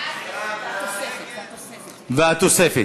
והתוספת